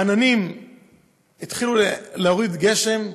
עננים התחילו להוריד גשם.